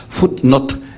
footnote